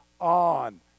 on